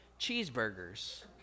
cheeseburgers